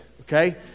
okay